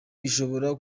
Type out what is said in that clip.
ishobora